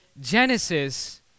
Genesis